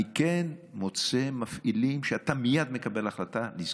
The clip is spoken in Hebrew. אני מוצא מפעילים שאצלם מייד אתה מקבל החלטה לסגור,